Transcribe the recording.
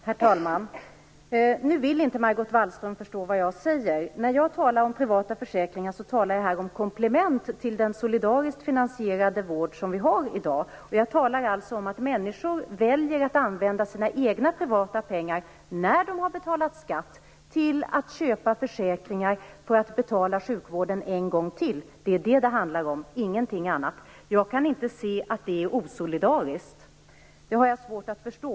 Herr talman! Margot Walström vill inte förstå vad jag säger. När jag talar om privata försäkringar menar jag komplement till den solidariskt finansierade vård som vi har i dag. Jag talar alltså om att människor väljer att använda sina egna privata pengar när de har betalat skatt till att köpa försäkringar för att betala för sjukvården en gång till. Det är detta det handlar om, ingenting annat. Jag kan inte se att det är osolidariskt. Det har jag svårt att förstå.